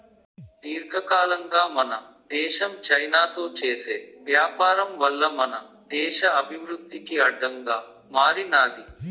దీర్ఘకాలంగా మన దేశం చైనాతో చేసే వ్యాపారం వల్ల మన దేశ అభివృద్ధికి అడ్డంగా మారినాది